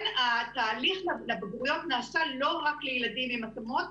התהליך לבגרויות נעשה לא רק לילדים עם התאמות,